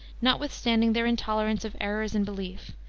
notwithstanding their intolerance of errors in belief,